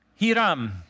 Hiram